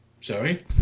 Sorry